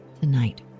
tonight